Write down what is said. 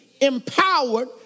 empowered